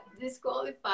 disqualified